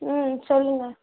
ம் சொல்லுங்கள்